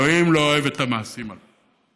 אלוהים לא אוהב את המעשים הללו.